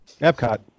Epcot